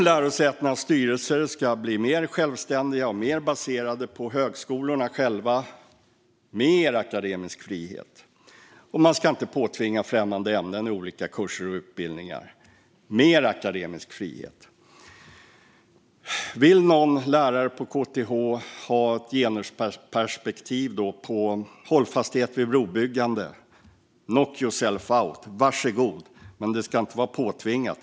Lärosätenas styrelser ska bli mer självständiga och mer baserade på högskolorna själva. Mer akademisk frihet! Vi ska inte påtvinga främmande ämnen i olika kurser och utbildningar. Mer akademisk frihet! Om någon lärare på KTH vill ha ett genusperspektiv på hållfasthet vid brobyggande - knock yourself out, var så god! Men det ska inte vara påtvingat.